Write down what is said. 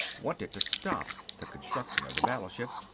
wanted to stop the construction of the battleship.